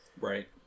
Right